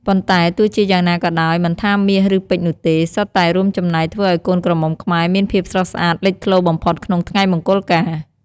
ប៉ុន្តែទោះជាយ៉ាងណាក៏ដោយ មិនថាមាស ឬពេជ្រនោះទេ សុទ្ធតែរួមចំណែកធ្វើឱ្យកូនក្រមុំខ្មែរមានភាពស្រស់ស្អាតលេចធ្លោបំផុតក្នុងថ្ងៃមង្គលការ។